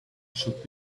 should